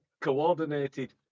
coordinated